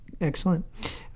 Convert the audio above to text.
Excellent